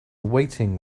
waiting